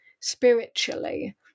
Spiritually